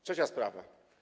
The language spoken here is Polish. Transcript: Trzecia sprawa.